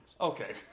Okay